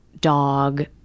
dog